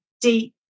deep